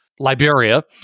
Liberia